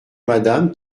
madame